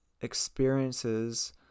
experiences